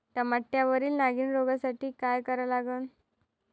टमाट्यावरील नागीण रोगसाठी काय करा लागन?